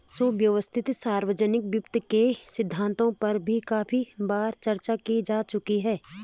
सुव्यवस्थित सार्वजनिक वित्त के सिद्धांतों पर भी काफी बार चर्चा की जा चुकी है